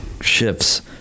shifts